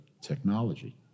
technology